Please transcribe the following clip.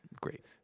Great